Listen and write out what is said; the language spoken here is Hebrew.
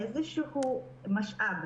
איזשהו משאב,